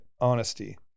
honesty